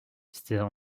c’étaient